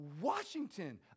Washington